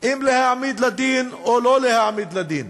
אם להעמיד לדין או לא להעמיד לדין,